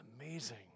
amazing